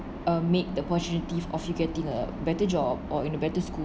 or make the opportunities of getting a better job or in a better school